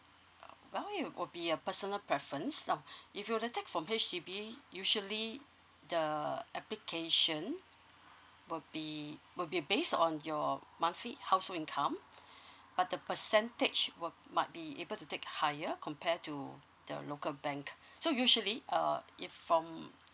well it will be a personal preference if you then take from H_D_B usually the application will be will be based on your monthly household income but the percentage will might be able to take higher compare to the local bank so usually uh if from um